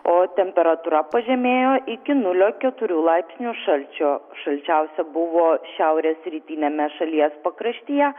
o temperatūra pažemėjo iki nulio keturių laipsnių šalčio šalčiausia buvo šiaurės rytiniame šalies pakraštyje